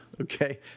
okay